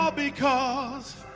ah because